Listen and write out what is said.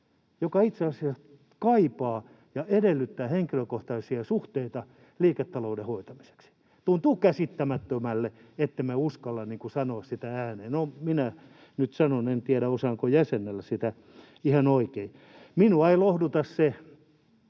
joka itse asiassa kaipaa ja edellyttää henkilökohtaisia suhteita liiketalouden hoitamiseksi. Tuntuu käsittämättömältä, ettemme uskalla sanoa sitä ääneen — no minä nyt sanon, en tiedä osaanko jäsenellä sitä ihan oikein. Minua ei lohduta se,